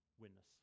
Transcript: witness